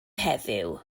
heddiw